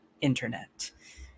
internet